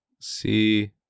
See